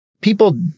people